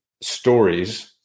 stories